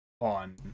on